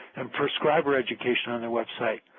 and prescriber education on the website.